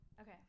okay